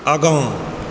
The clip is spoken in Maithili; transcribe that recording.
आगाँ